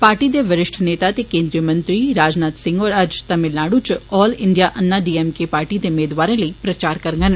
party दे वरिष्ठ नेता ते केन्द्रीय मंत्री राजनाथ सिंह अज्ज तमिलनाडू इच all India Anna D M K party दे मेदवारें लेई प्रचार करड़न